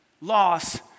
loss